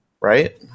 Right